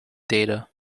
data